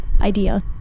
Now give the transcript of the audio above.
idea